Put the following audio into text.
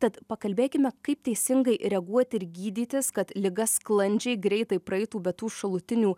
tad pakalbėkime kaip teisingai reaguoti ir gydytis kad liga sklandžiai greitai praeitų be tų šalutinių